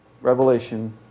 Revelation